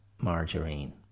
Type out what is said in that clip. margarine